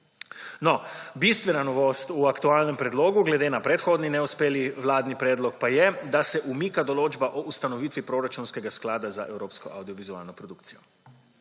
Bistvena novost v aktualnem predlogu glede na predhodni neuspeli vladni predlog pa je, da se umika določba o ustanovitvi proračunskega sklada za evropsko avdiovizualno produkcijo.